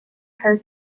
her